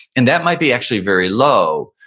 and that might be actually very low,